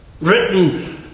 Written